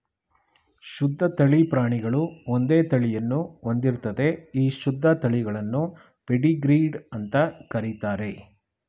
ಶುದ್ಧ ತಳಿ ಪ್ರಾಣಿಗಳು ಒಂದೇ ತಳಿಯನ್ನು ಹೊಂದಿರ್ತದೆ ಈ ಶುದ್ಧ ತಳಿಗಳನ್ನು ಪೆಡಿಗ್ರೀಡ್ ಅಂತ ಕರೀತಾರೆ